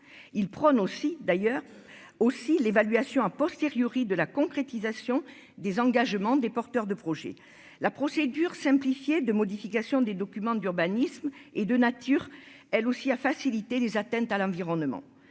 il prône aussi d'ailleurs aussi l'évaluation a posteriori de la concrétisation des engagements des porteurs de projets, la procédure simplifiée de modification des documents d'urbanisme et de nature, elle aussi à faciliter les atteintes à l'environnement